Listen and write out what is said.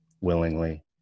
willingly